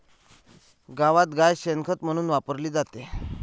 गावात गाय शेण खत म्हणून वापरली जाते